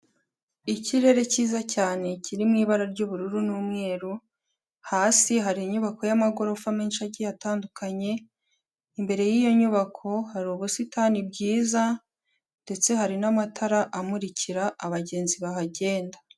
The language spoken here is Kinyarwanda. Ikirere cyiza cyane kiri mu ibara ry'ubururu n'umweru, hasi hari inyubako y'amagorofa menshi agiye atandukanye, imbere y'iyo nyubako, hari ubusitani bwiza ndetse hari n'amatara amurikira abagenzi bahagenda.